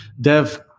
Dev